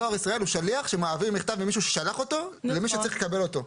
דואר ישראל הוא שליח שמעביר מכתב ממי ששלח אותו למי שצריך לקבל אותו.